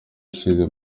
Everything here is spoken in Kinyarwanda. ishize